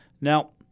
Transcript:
Now